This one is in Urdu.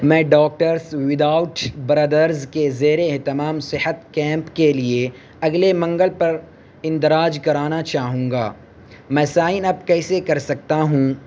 میں ڈاکٹرس ود آؤٹ برادرز کے زیر اہتمام صحت کیمپ کے لیے اگلے منگل پر اندراج کرانا چاہوں گا میں سائن اپ کیسے کر سکتا ہوں